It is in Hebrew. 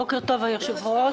בוקר טוב אדוני היושב-ראש.